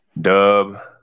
dub